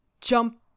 jump